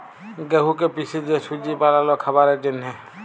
গেঁহুকে পিসে যে সুজি বালাল খাবারের জ্যনহে